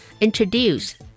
Introduce